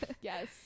yes